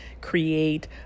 create